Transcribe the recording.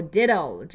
Diddle